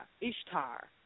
Ishtar